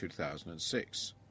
2006